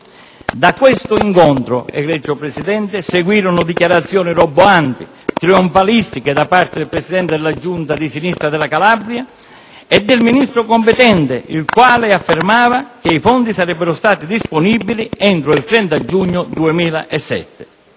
A questo incontro, egregio Presidente, seguirono dichiarazioni roboanti e trionfalistiche da parte del Presidente della Giunta di sinistra della Calabria e del Ministro competente, il quale affermava che i fondi sarebbero stati disponibili entro il 30 giugno 2007.